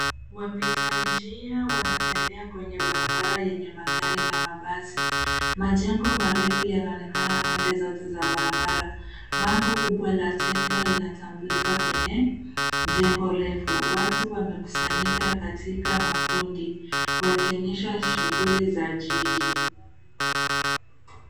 Wapita njia wanatembea kwenye barabara yenye magari na mabasi, majengo marefu yanaonekana pande zote za barabara. Bango kubwa la Techno linatambulika kwenye jengo refu. Watu wamekusanyika katika makundi wakionyesha shughuli za jiji.